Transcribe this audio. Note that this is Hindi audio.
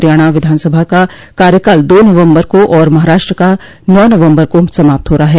हरियाणा विधानसभा का कार्यकाल दो नवम्बर को और महाराष्ट्र का नौ नवम्बर को समाप्त हो रहा है